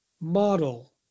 model